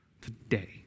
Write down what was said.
Today